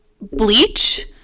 bleach